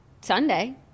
Sunday